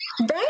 Right